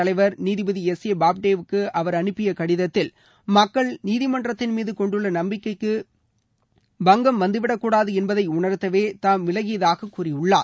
தலைவர் நீதிபதி S A பாப்டேவுக்கு அவர் அனுப்பிய கடிதத்தில் மக்கள் குழுவின் நீதிமன்றத்தின்மீது கொண்டுள்ள நப்பிக்கைக்கு பங்கம் வந்துவிடக்கூடாது என்பதை உணாத்தவே தாம் விலகியதாக கூறியுள்ளார்